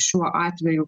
šiuo atveju